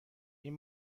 این